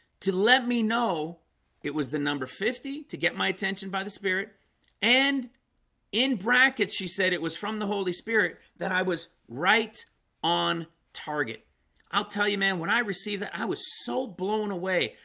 to let me know it was the number fifty to get my attention by the spirit and in brackets, she said it was from the holy spirit that i was right on target i'll tell you man, when i received that. i was so blown away.